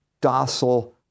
docile